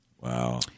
Wow